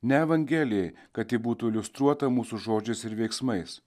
ne evangelijai kad ji būtų iliustruota mūsų žodžiais ir veiksmais